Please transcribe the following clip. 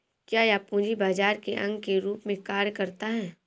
क्या यह पूंजी बाजार के अंग के रूप में कार्य करता है?